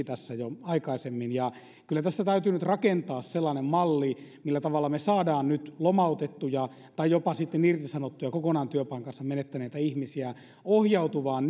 tässä rikki jo aikaisemmin kyllä tässä täytyy nyt rakentaa sellainen malli millä tavalla me saamme nyt lomautettuja tai jopa sitten irtisanottuja kokonaan työpaikkansa menettäneitä ihmisiä ohjautumaan